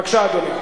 בבקשה, אדוני.